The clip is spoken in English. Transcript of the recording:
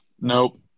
Nope